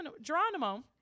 Geronimo